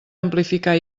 amplificar